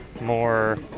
more